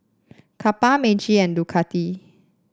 Kappa Meiji and Ducati